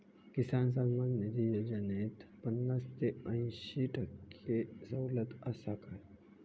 किसान सन्मान निधी योजनेत पन्नास ते अंयशी टक्के सवलत आसा काय?